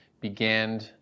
began